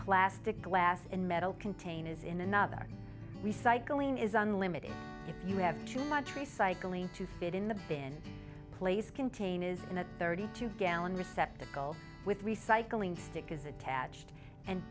plastic glass and metal containers in another recycling is unlimited if you have too much recycling to fit in the bin place contain is in a thirty two gallon receptacle with recycling stick is attached and